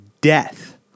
death